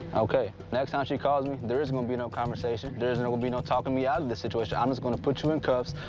ok. next time she calls me, there is going to be no conversation. there is, there and will be no talking me out of the situation. i'm just going to put you in cuffs,